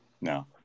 no